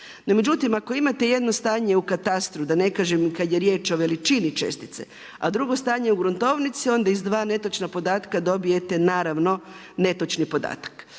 međutim ako imate jedno stanje u katastru, da ne kažem i kada je riječ o veličini čestice, a drugo stanje u gruntovnici, onda iz dva netočna podatka dobijete naravno netočni podatak.